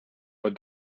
but